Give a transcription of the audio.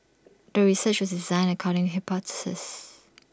the research was designed according hypothesis